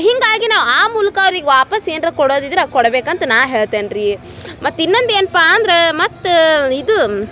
ಹೀಗಾಗಿ ನಾವು ಆ ಮೂಲಕ ಅವ್ರಿಗೆ ವಾಪಸ್ಸು ಏನಾರ ಕೊಡೋದಿದ್ರೆ ಅದು ಕೊಡ್ಬೇಕಂತ ನಾನು ಹೇಳ್ತೇನೆ ರೀ ಮತ್ತು ಇನ್ನೊಂದು ಏನಪ್ಪ ಅಂದ್ರೆ ಮತ್ತು ಇದು